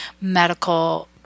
medical